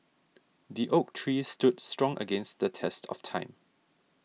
the oak tree stood strong against the test of time